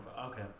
okay